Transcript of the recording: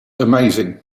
amazing